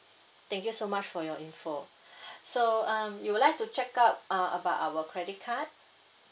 thank you so much for your info so um you will like to check out uh about our credit card